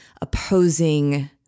opposing